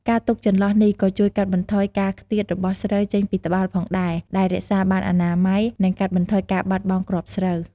ការទុកចន្លោះនេះក៏ជួយកាត់បន្ថយការខ្ទាតរបស់ស្រូវចេញពីត្បាល់ផងដែរ ដែលរក្សាបានអនាម័យ និងកាត់បន្ថយការបាត់បង់គ្រាប់ស្រូវ។